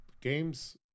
Games